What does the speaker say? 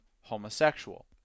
homosexual